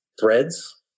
threads